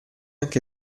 anche